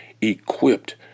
equipped